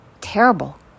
terrible